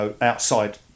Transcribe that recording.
outside